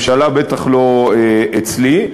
בטח לא אצלי.